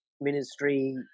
ministry